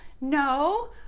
No